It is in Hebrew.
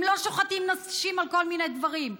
הם לא שוחטים נשים על כל מיני דברים.